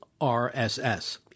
RSS